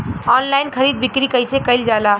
Online खरीद बिक्री कइसे कइल जाला?